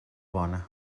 bona